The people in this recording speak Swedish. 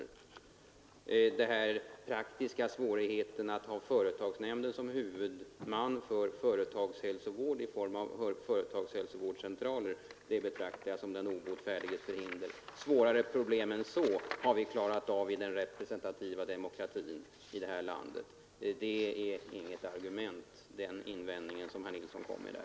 Invändningen när det gäller de praktiska svårigheterna att ha företagsnämnden som huvudman för företagshälsovården i form av företagshälsovårdscentraler betraktar jag som den obotfärdiges förhinder. Svårare problem än så har vi klarat av i den representativa demokratin i det här landet. Den invändningen är inget argument.